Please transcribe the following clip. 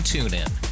TuneIn